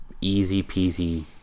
easy-peasy